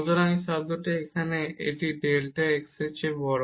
সুতরাং এই টার্মটি এখানে এটি ডেল্টা x এর চেয়ে বড়